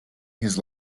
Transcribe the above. his